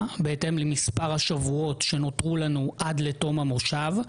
בהתאם למספר השבועות שנותרו לנו עד לתום המושב.